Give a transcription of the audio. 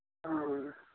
ꯑ